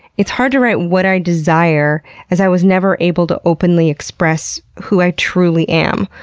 it's hard to write what i desire as i was never able to openly express who i truly am.